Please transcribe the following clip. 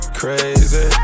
crazy